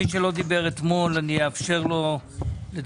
מי שלא דיבר אתמול אני אאפשר לו לדבר,